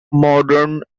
modern